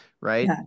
right